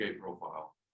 profile